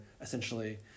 essentially